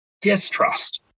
Distrust